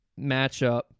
matchup